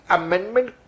amendment